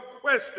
question